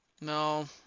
No